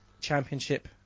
championship